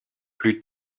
plus